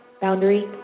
Boundary